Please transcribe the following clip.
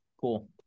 Cool